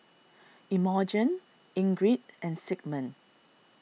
Imogene Ingrid and Sigmund